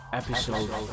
episode